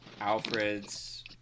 Alfred's